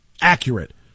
accurate